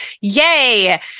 Yay